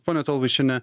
pone tolvaišiene